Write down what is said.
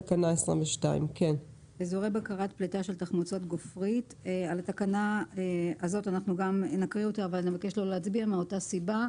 תקנה 22. נקריא את התקנה ואני מבקשת שלא נצביע עליה מאותה סיבה,